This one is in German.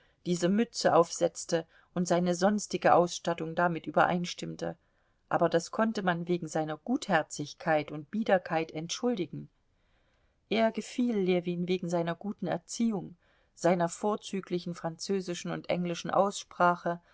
diese mütze aufsetzte und seine sonstige ausstattung damit übereinstimmte aber das konnte man wegen seiner gutherzigkeit und biederkeit entschuldigen er gefiel ljewin wegen seiner guten erziehung seiner vorzüglichen französischen und englischen aussprache